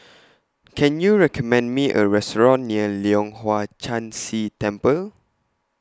Can YOU recommend Me A Restaurant near Leong Hwa Chan Si Temple